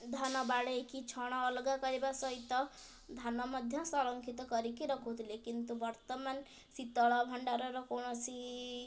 ଧାନ ବାଡ଼େଇକି ଛଣ ଅଲଗା କରିବା ସହିତ ଧାନ ମଧ୍ୟ ସଂରକ୍ଷିତ କରିକି ରଖୁଥିଲେ କିନ୍ତୁ ବର୍ତ୍ତମାନ ଶୀତଳ ଭଣ୍ଡାରର କୌଣସି